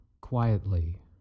quietly